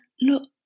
look